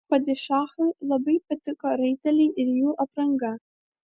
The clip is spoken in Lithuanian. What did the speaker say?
padišachui labai patiko raiteliai ir jų apranga